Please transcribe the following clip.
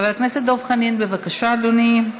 חבר הכנסת דב חנין, בבקשה, אדוני.